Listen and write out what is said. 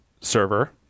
server